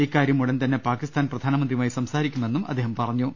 ഇക്കാര്യം ഉടൻതന്നെ പാക്കിസ്ഥാൻ പ്രധാനമന്ത്രിയു മായി സംസാരിക്കുമെന്നും അദ്ദേഹം പറഞ്ഞു